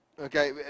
Okay